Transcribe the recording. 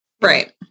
right